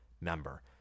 member